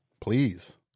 Please